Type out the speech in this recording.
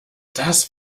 das